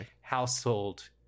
household